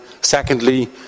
secondly